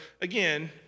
again